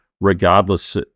regardless